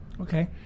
okay